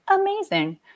amazing